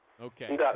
Okay